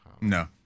No